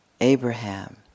Abraham